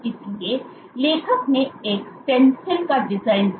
इसलिए लेखक ने एक स्टैंसिल का डिज़ाइन किया